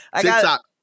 TikTok